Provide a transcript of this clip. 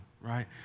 right